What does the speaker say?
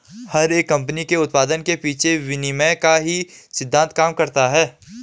हर एक कम्पनी के उत्पाद के पीछे विनिमय का ही सिद्धान्त काम करता है